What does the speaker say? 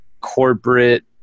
corporate